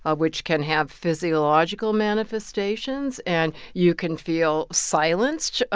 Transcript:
ah which can have physiological manifestations. and you can feel silenced,